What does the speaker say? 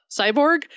Cyborg